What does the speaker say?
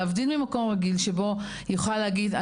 להבדיל ממקום רגיל שבו היא יכולה להגיד,